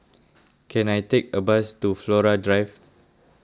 can I take a bus to Flora Drive